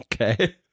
Okay